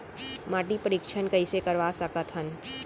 माटी परीक्षण कइसे करवा सकत हन?